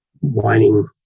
whining